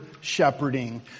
shepherding